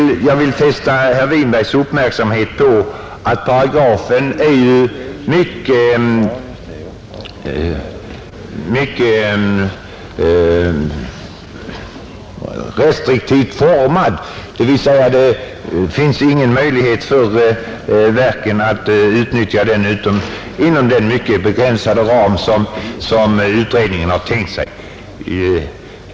Jag vill fästa herr Winbergs uppmärksamhet på att den paragraf det här gäller är mycket restriktivt utformad, Det finns ingen möjlighet att utnyttja den annat än inom den mycket begränsade ram som utredningen har angivit.